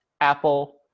Apple